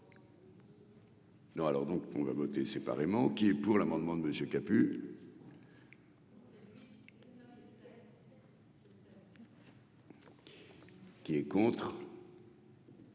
Non, alors donc on va voter séparément, qui est pour l'amendement de Monsieur kaput. Qui est contre.